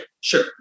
sure